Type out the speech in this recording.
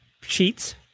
sheets